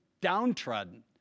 downtrodden